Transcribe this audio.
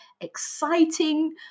exciting